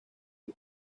and